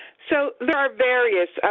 so there are various.